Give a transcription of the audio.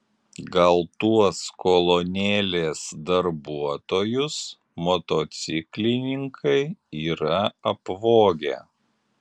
gal tuos kolonėlės darbuotojus motociklininkai yra apvogę